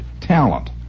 talent